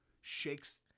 shakes